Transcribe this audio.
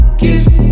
kiss